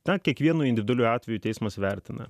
ką kiekvienu individualiu atveju teismas vertina